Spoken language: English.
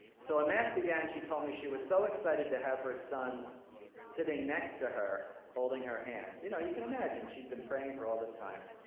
so when mass began, she told me she was so excited to have her son sitting next to her, holding her hand. you know, you can imagine, she'd been praying for all this time.